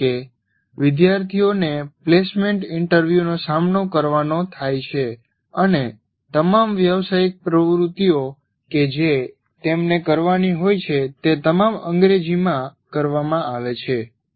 કારણ કે વિદ્યાર્થીઓને પ્લેસમેન્ટ ઇન્ટરવ્યુનો સામનો કરવોનો થાય છે અને તમામ વ્યાવસાયિક પ્રવૃત્તિઓ કે જે તેમને કરવાની હોય છે તે તમામ અંગ્રેજીમાં કરવામાં આવે છે